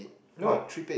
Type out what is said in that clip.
no